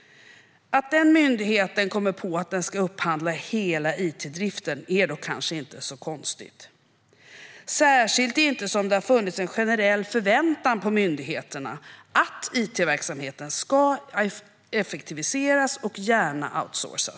Att den myndigheten kommer på att den ska upphandla hela it-driften är kanske inte så konstigt, särskilt inte som det funnits en generell förväntan på myndigheterna att it-verksamheten ska effektiviseras och gärna outsourcas.